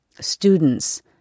students